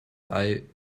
eye